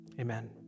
amen